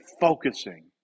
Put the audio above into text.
focusing